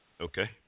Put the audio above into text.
Okay